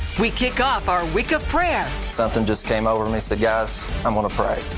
we kick off our week of prayer. something just came over me. said i'm going to pray.